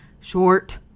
short